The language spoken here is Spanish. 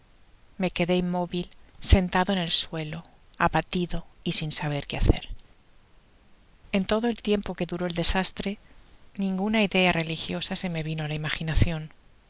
me quedé inmóvil sentado en el suelo abatido y sin saber qué hacer en todo el tiempo que duró el desastre ninguna idea religiosa se me vino á la imaginacion